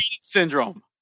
syndrome